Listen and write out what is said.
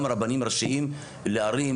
גם רבנים ראשיים לערים,